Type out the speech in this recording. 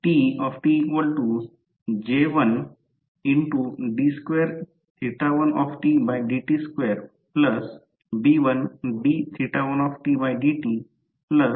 या प्रकरणात स्टेटर मध्ये 3 फेजिंग ने वीजपुरवठा केला तर 3 टप्प्याच्या पृष्ठभागाचा अभ्यास केला आहे म्हणून 3 फेज विंडिंग्ज आहेत